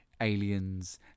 aliens